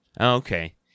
Okay